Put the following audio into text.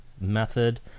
method